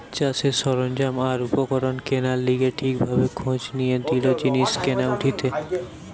চাষের সরঞ্জাম আর উপকরণ কেনার লিগে ঠিক ভাবে খোঁজ নিয়ে দৃঢ় জিনিস কেনা উচিত